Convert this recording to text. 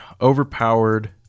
overpowered